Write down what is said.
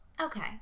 Okay